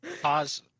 Pause